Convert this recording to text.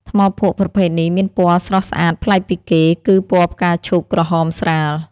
ថ្មភក់ប្រភេទនេះមានពណ៌ស្រស់ស្អាតប្លែកពីគេ គឺពណ៌ផ្កាឈូកក្រហមស្រាល។